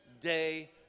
day